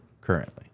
currently